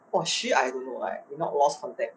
was she I don't know like if not lost contact